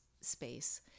space